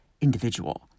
individual